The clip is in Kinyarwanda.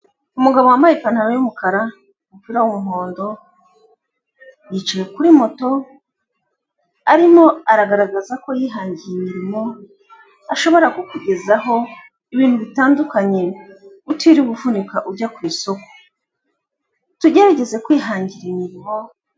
Umugabo wambaye ipantaro y'umuka, umupira w'umuhondo yicaye kuri moto, arimo aragaragaza ko yihangiye imirimo, ashobora kukugezaho ibintu bitandukanye utiriwe uvunika ujya ku isoko. Tugerageza kwihangira imirimo.